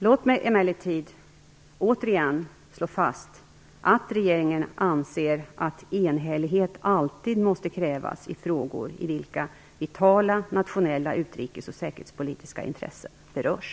Låt mig emellertid återigen slå fast att regeringen anser att enhällighet alltid måste krävas i frågor, i vilka vitala nationella utrikes och säkerhetspolitiska intressen berörs.